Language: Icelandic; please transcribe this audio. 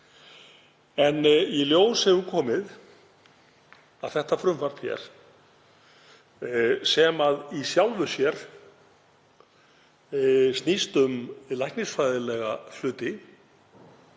Í ljós hefur komið að þetta frumvarp, sem í sjálfu sér snýst um læknisfræðilega hluti,